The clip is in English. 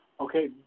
okay